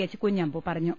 H Kunhambu പറഞ്ഞു